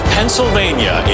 Pennsylvania